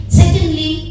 secondly